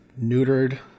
neutered